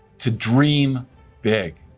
to dream big.